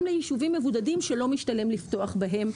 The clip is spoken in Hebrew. גם ליישובים מבודדים שלא משתלם לפתוח בהם.